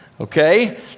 Okay